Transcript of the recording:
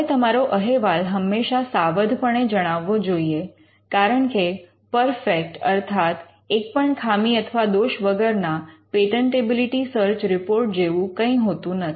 તમારે તમારો અહેવાલ હંમેશા સાવધપણે જણાવવો જોઈએ કારણ કે પર્ફેક્ટ અર્થાત એક પણ ખામી અથવા દોષ વગરના પેટન્ટેબિલિટી સર્ચ રિપોર્ટ જેવું કઈ હોતું નથી